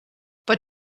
but